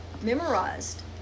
memorized